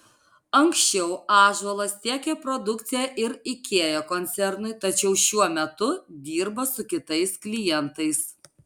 anksčiau ąžuolas tiekė produkciją ir ikea koncernui tačiau šiuo metu dirba su kitais klientais